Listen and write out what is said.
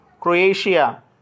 Croatia